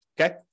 Okay